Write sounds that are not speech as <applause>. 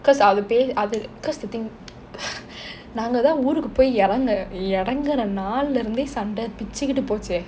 cause அது பெ~:athu pe~ cause the thing <breath> நாங்க தான் ஊருக்கு போய் யேறெங்குன நாள்லேர்ந்து சண்டை பிச்சிக்குட்டு போச்சே:naanga thaan oorukku poi yerenguna naallernthu sandai pichikuttu poche